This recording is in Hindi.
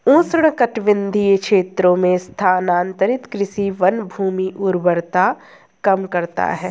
उष्णकटिबंधीय क्षेत्रों में स्थानांतरित कृषि वनभूमि उर्वरता कम करता है